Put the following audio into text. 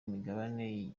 imigabane